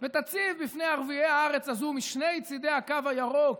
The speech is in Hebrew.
ותציב בפני ערביי הארץ הזו משני צידי הקו הירוק,